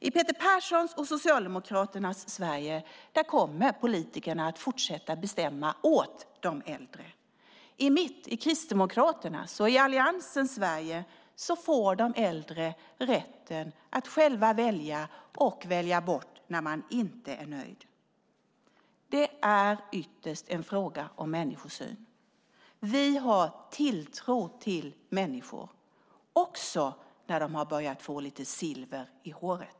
I Peter Perssons och Socialdemokraternas Sverige kommer politikerna att fortsätta bestämma åt de äldre. I mitt, Kristdemokraternas och Alliansens Sverige får de äldre rätten att själva välja och välja bort när de inte är nöjda. Det är ytterst en fråga om människosyn. Vi har tilltro till människor också när de har börjat få lite silver i håret.